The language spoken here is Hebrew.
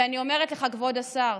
ואני אומרת לך, כבוד השר,